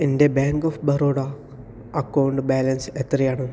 എൻ്റെ bank of Baroda account balance എത്രയാണ്